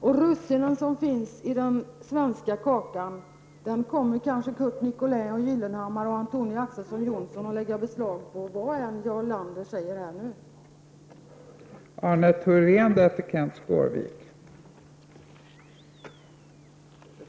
Curt Nicolin, Pehr G. Gyllenhammar och Antonia Axelson Johnson kommer kanske att lägga beslag på de russin som finns i den svenska kakan, vad Jarl Lander än säger här och nu.